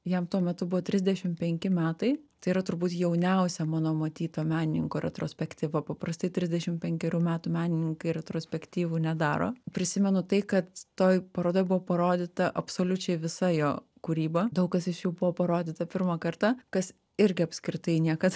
jam tuo metu buvo trisdešimt penki metai tai yra turbūt jauniausia mano matyto menininko retrospektyva paprastai trisdešimt penkerių metų menininkai retrospektyvų nedaro prisimenu tai kad toj parodoj buvo parodyta absoliučiai visa jo kūryba daug kas iš jų buvo parodyta pirmą kartą kas irgi apskritai niekad